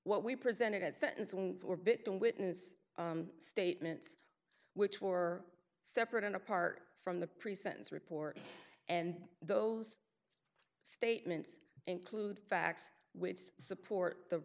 what we presented as sentence or bit the witness statements which were separate and apart from the pre sentence report and those statements include facts which support the